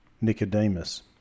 Nicodemus